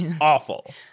awful